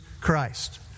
Christ